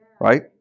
Right